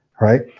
right